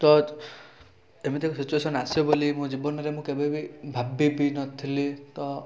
ତ ଏମିତି ଏକ ସିଚୁଏସନ୍ ଆସିବ ମୋ ଜୀବନରେ ମୁଁ କେବେ ବି ଭାବି ବି ନଥିଲି ତ